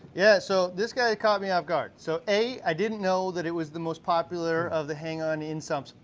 yeah, so this guy caught me off guard. so a, i didn't know that it was the most popular of the hang-on in sumps.